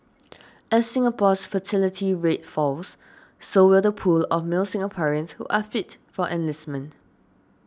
as Singapore's fertility rate falls so will the pool of male Singaporeans who are fit for enlistment